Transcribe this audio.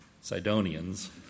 Sidonians